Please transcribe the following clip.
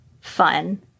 fun